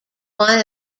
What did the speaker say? one